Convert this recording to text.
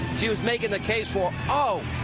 she was making the case for ah